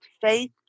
faith